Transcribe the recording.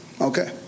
Okay